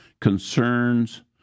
concerns